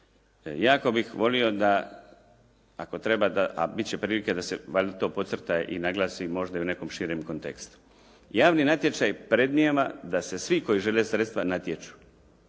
Jako bih volio da ako treba, a bit će prilike da se valjda to podcrta i naglasi možda i u nekom širem kontekstu. Javni natječaj premdijeva da se svi koji žele sredstva natječu.